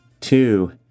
two